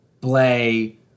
Blay